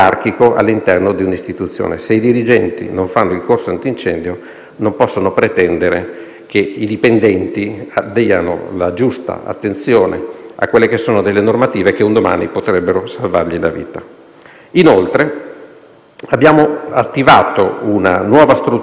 creata apposta per occuparsi di questo delicatissimo problema e, più generale, dell'emergenza all'interno del patrimonio, che sarà sotto la direzione del prefetto Fabio Carapezza Guttuso. Il Ministero partecipa inoltre, insieme al Ministero della difesa, al progetto denominato «Duplice uso sistemico»